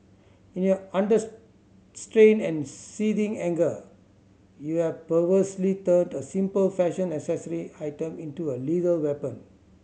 in your and seething anger you have perversely turned a simple fashion accessory item into a lethal weapon